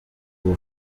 ubu